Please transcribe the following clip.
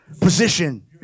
position